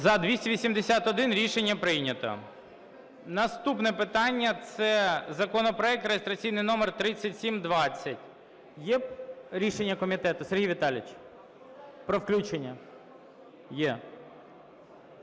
За-281 Рішення прийнято. Наступне питання – це законопроект реєстраційний номер 3720. Є рішення комітету, Сергію Віталійовичу, про включення? Є.